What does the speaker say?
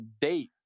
date